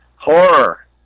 Horror